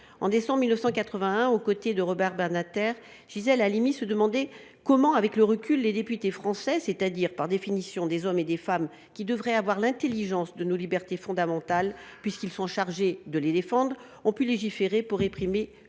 En décembre 1981, aux côtés de Robert Badinter, Gisèle Halimi se demandait, « avec le recul, comment des députés français, c’est à dire par définition des hommes et des femmes qui devraient avoir l’intelligence de nos libertés fondamentales, puisqu’ils sont chargés de les défendre, ont pu légiférer pour réprimer